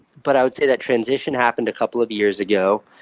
but i would say that transition happened a couple of years ago.